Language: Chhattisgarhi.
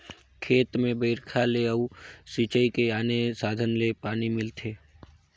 खेत में बइरखा ले अउ सिंचई के आने साधन ले पानी मिलथे